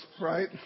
right